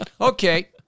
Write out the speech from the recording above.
Okay